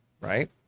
right